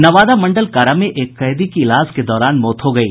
नवादा मंडल कारा में एक कैदी की इलाज के दौरान मौत हो गयी